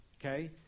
Okay